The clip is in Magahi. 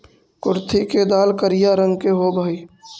कुर्थी के दाल करिया रंग के होब हई